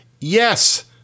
Yes